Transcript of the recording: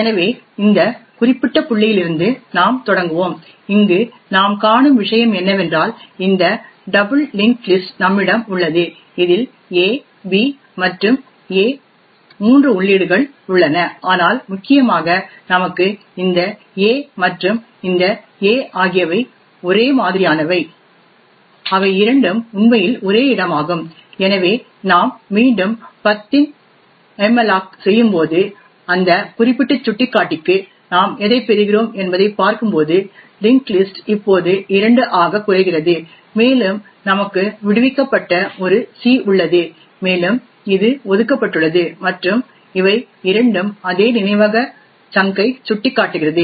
எனவே இந்த குறிப்பிட்ட புள்ளியிலிருந்து நாம் தொடங்குவோம் இங்கு நாம் காணும் விஷயம் என்னவென்றால் இந்த டபுள் லிஙஂகஂடஂ லிஸஂடஂ நம்மிடம் உள்ளது இதில் ab மற்றும் a 3 உள்ளீடுகள் உள்ளன ஆனால் முக்கியமாக நமக்கு இந்த a மற்றும் இந்த a ஆகியவை ஒரே மாதிரியானவை அவை இரண்டும் உண்மையில் ஒரே இடமாகும் எனவே நாம் மீண்டும் 10 இன் மல்லோக் செய்யும்போது அந்த குறிப்பிட்ட சுட்டிக்காட்டிக்கு நாம் எதைப் பெறுகிறோம் என்பதைப் பார்க்கும்போது லிஙஂகஂடஂ லிஸஂடஂ இப்போது 2 ஆகக் குறைகிறது மேலும் நமக்கு விடுவிக்கப்பட்ட ஒரு c உள்ளது மேலும் இது ஒதுக்கப்பட்டுள்ளது மற்றும் இவை இரண்டும் அதே நினைவக சங்க் ஐ சுட்டிக்காட்டுகிறது